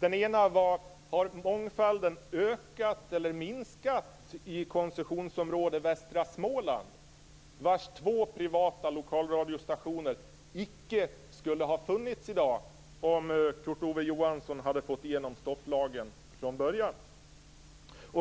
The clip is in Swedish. Den ena frågan var: Har mångfalden ökat eller minskat i koncessionsområde västra Småland, vars två privata lokalradiostationer icke skulle ha funnits i dag om Kurt Ove Johansson hade fått igenom stopplagen från början?